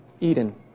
Eden